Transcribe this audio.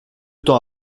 temps